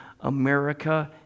America